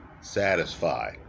satisfy